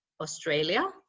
Australia